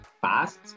fast